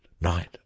night